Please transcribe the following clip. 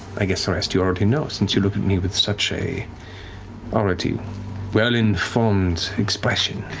i guess the rest you already know, since you look at me with such a already well-informed expression.